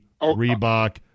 Reebok